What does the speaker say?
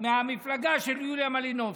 מהמפלגה של יוליה מלינובסקי,